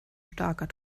starker